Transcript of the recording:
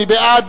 מי בעד?